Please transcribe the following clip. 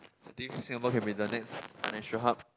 I think Singapore can be the next financial hub